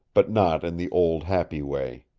but not in the old happy way.